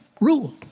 rule